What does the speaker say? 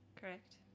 correct